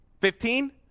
Fifteen